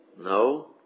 no